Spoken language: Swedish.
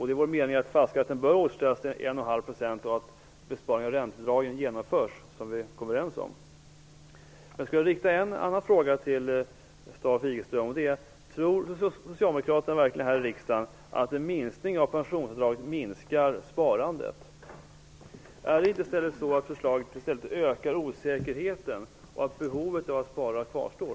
Det är vår mening att fastighetsskatten bör återställas till 1,5 % och att besparingen i räntebidragen genomförs som vi kom överens om. Jag vill rikta en annan fråga till Lisbeth Staaf Igelström. Tror socialdemokraterna här i riksdagen verkligen att en minskning av pensionsavdraget minskar sparandet? Är det inte så, att förslaget i stället ökar osäkerheten och att behovet av att spara kvarstår?